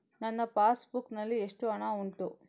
ನನ್ನ passbook ನಲ್ಲಿ ಎಷ್ಟು ಹಣ ಉಂಟು?